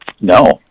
No